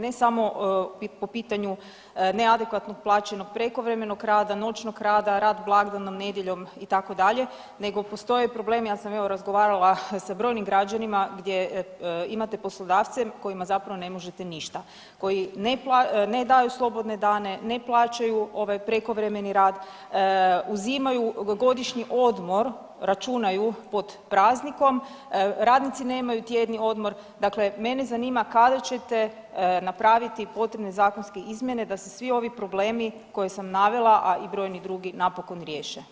Ne samo po pitanju neadekvatnog plaćenog prekovremenog rada, noćnog rada, rad blagdanom, nedjeljom, itd., nego postoje problemi, ja sam evo, razgovarala sa brojnim građanima gdje imate poslodavce kojima zapravo ne možete ništa, koji ne daju slobodne dane, ne plaćaju ovaj, prekovremeni rad, uzimaju godišnji odmor, računaju pod praznikom, radnici nemaju tjedni odmor, dakle, mene zanima kada ćete napraviti potrebne zakonske izmjene da se svi ovi problemi koje sam navela, a i brojni drugi napokon riješe?